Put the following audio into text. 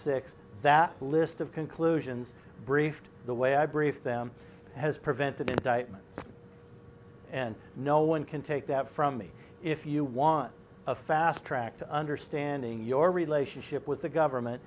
six that list of conclusions briefed the way i briefed them has prevented indictment and no one can take that from me if you want a fast track to understanding your relationship with the government